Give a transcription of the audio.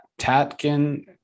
tatkin